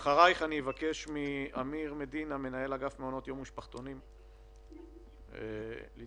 נושא מעונות היום והחזרה לשגרה של המסגרות